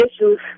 issues